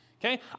okay